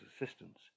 assistance